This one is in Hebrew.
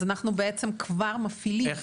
אז אנחנו בעצם כבר מפעילים 17 כיתות.